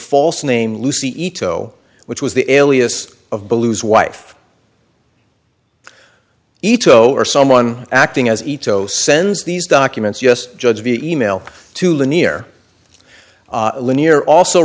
false name lucy ito which was the alias of bellew's wife ito or someone acting as ito sends these documents yes judge via email to near lanier also